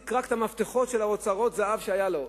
את המפתחות של אוצרות הזהב שהיו לו,